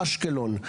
אשקלון,